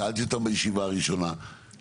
שאלתי את השאלות האלה בישיבה הראשונה כאן.